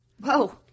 Whoa